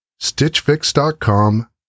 stitchfix.com